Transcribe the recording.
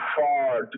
far